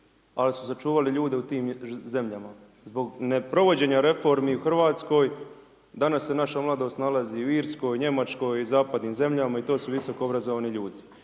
ali su sačuvali ljude u tim zemljama zbog neprovođenja reformi u Hrvatskoj danas se naša mladost nalazi u Irskoj, Njemačkoj i zapadnim zemljama i to su visoko obrazovni ljudi.